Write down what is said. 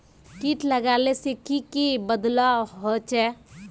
किट लगाले से की की बदलाव होचए?